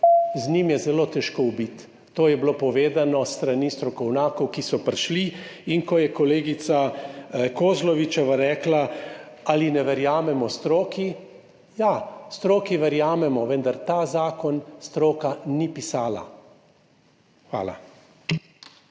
Z njim je zelo težko ubiti, to je bilo povedano s strani strokovnjakov, ki so prišli. Ko je kolegica Kozlovičeva rekla, ali ne verjamemo stroki, ja, stroki verjamemo, vendar tega zakona ni pisala stroka.